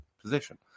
position